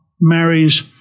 marries